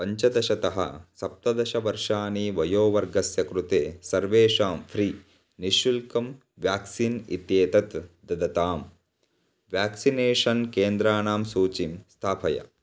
पञ्चदशतः सप्तदशवर्षाणि वयोवर्गस्य कृते सर्वेषां फ़्रि निःशुल्कं व्याक्सीन् इत्येतत् ददतां व्याक्सिनेषन् केन्द्रानणां सूचीं स्थापय